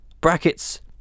brackets